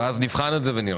ואז נבחן את זה ונראה.